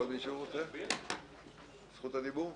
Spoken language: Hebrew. עוד מישהו רוצה את זכות הדיבור?